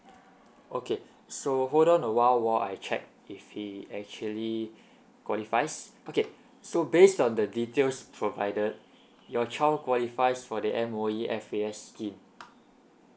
okay so hold on a while while I check if he actually qualifies okay so based on the details provided your child qualifies for the M_O_E F_A_S scheme